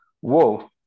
whoa